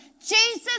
Jesus